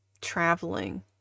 traveling